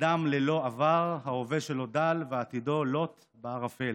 "אדם ללא עבר, ההווה שלו דל ועתידו לוט בערפל".